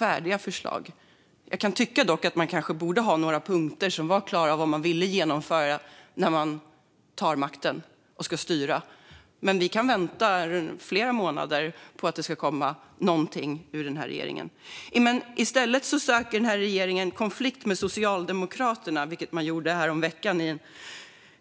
Jag kan dock tycka att man borde ha några punkter klara över vad man vill genomföra när man tar makten och ska styra. Men vi kan vänta fler månader på att det ska komma någonting från regeringen. I stället söker regeringen konflikt med Socialdemokraterna, vilket man gjorde